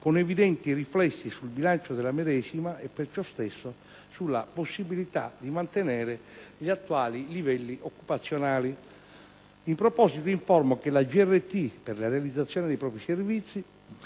con evidenti riflessi sul bilancio della medesima e, per ciò stesso, sulla possibilità di mantenere gli attuali livelli occupazionali. In proposito, informo che la GRT, per la realizzazione dei propri servizi,